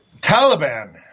Taliban